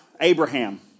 Abraham